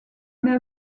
mais